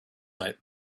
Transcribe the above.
night